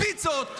נתנה פיצות.